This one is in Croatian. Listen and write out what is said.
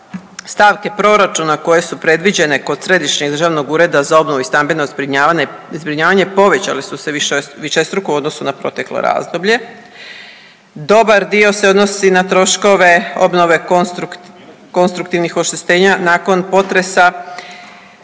stavke proračuna koje su predviđene kod Središnjeg državnog ureda za obnovu i stambeno zbrinjavanje povećale su se višestruko u odnosu na proteklo razdoblje. Dobar dio se odnosi na troškove obnove konstruktivnih oštećenja nakon potresa